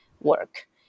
work